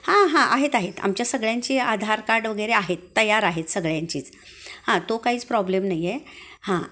हां हां आहेत आहेत आमच्या सगळ्यांची आधार कार्ड वगैरे आहेत तयार आहेत सगळ्यांचीच हां तो काहीच प्रॉब्लेम नाही आहे हां